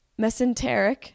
mesenteric